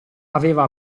aveva